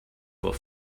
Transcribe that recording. vor